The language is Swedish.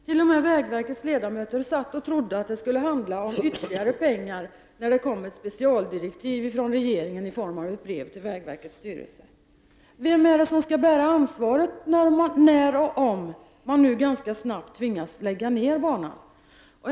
T.o.m. vägverkets ledamöter trodde att det handlade om ytterligare pengar när det kom ett specialdirektiv från regeringen i form av ett brev till vägverkets styrelse. Vem är det som skall bära ansvaret när och om man nu ganska snabbt tvingas lägga ned banan?